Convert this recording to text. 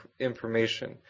information